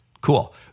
Cool